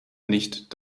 nicht